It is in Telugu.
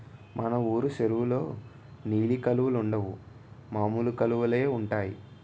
మన వూరు చెరువులో నీలి కలువలుండవు మామూలు కలువలే ఉంటాయి